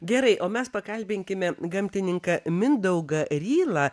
gerai o mes pakalbinkime gamtininką mindaugą rylą